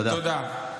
תודה.